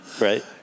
Right